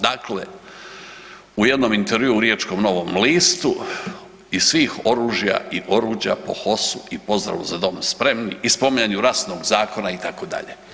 Dakle, u jednom intervjuu u jednom riječkom Novom listu iz svih oružja i oruđa po HOS-u i pozdravu „Za dom spremni“ i spominjanju rasnog zakona itd.